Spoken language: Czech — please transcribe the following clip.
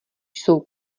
jsou